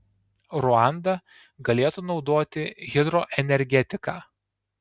ruanda galėtų naudoti hidroenergetiką